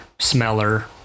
Smeller